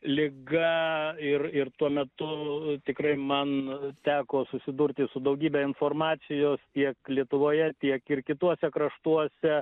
liga ir ir tuo metu tikrai man teko susidurti su daugybe informacijos tiek lietuvoje tiek ir kituose kraštuose